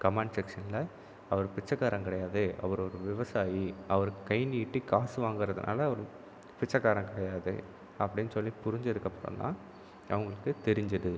command செக்ஷனில் அவர் பிச்சைக்காரன் கிடையாது அவரு ஒரு விவசாயி அவரு கை நீட்டி காசு வாங்குகிறதுனால அவரு பிச்சைகாரன் கிடையாது அப்படின்னு சொல்லி புரிஞ்சதுக்கு அப்புறந்தான் அவுங்களுக்கு தெரிஞ்சுது